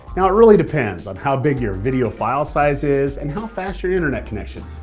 now it really depends on how big your video file size is and how fast your internet connection